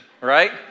right